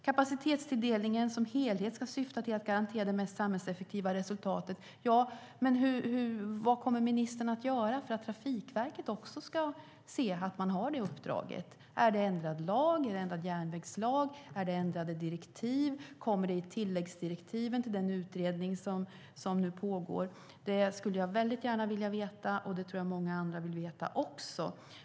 Kapacitetstilldelningen som helhet ska syfta till att garantera det mest samhällseffektiva resultatet. Ja, men vad kommer ministern att göra för att Trafikverket också ska se att man har det uppdraget? Kommer hon att ändra järnvägslagen och ändra direktiven? Kommer det i tilläggsdirektiven till den utredning som nu pågår? Det skulle jag väldigt gärna vilja veta, och det tror jag att många andra också vill veta.